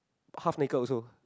half naked also